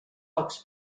pocs